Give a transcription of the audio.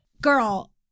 Girl